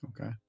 Okay